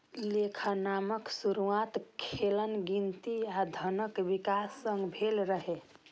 लेखांकनक शुरुआत लेखन, गिनती आ धनक विकास संग भेल रहै